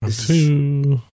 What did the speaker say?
Two